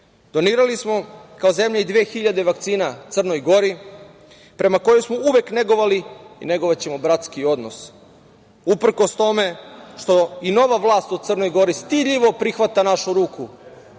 smo kao zemlja i dve hiljade vakcina Crnoj Gori prema kojoj smo uvek negovali i negovaćemo bratski odnos. Uprkos tome što i nova vlast u Crnoj Gori stidljivo prihvata našu ruku